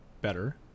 Better